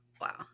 Wow